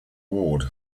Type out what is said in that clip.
ward